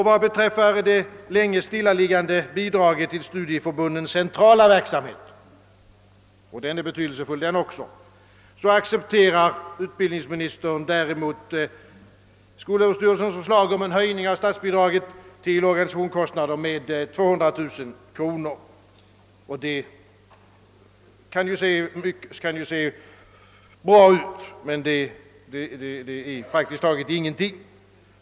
Vad beträffar de länge stillaliggande bidragen till studieförbundens centrala verksamhet, som också är betydelsefull, accepterar utbildningsministern däremot skolöverstyrelsens förslag om höjning av statsbidraget till organisationskostnader med 200 000 kronor. Det ser ju bra ut, men det är praktiskt taget ingenting.